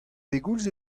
pegoulz